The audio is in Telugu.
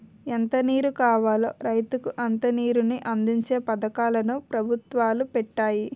ఎంత నీరు కావాలో రైతుకి అంత నీరుని అందించే పథకాలు ను పెభుత్వాలు పెట్టాయి